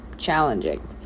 challenging